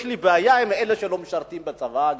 יש לי בעיה עם אלה שלא משרתים בצה"ל.